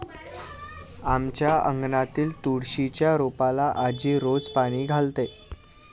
आमच्या अंगणातील तुळशीच्या रोपाला आजी रोज पाणी घालते